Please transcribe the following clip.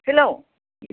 hello